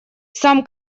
сам